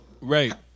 Right